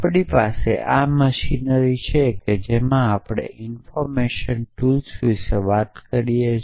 આપણી પાસે આ મશીનરી છે કે જેમાં આપણે ઇન્ફર્મેશન ટૂલ્સ વિશે વાત કરી છે